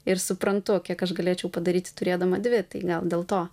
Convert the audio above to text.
ir suprantu kiek aš galėčiau padaryti turėdama dvi tai gal dėl to